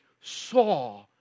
saw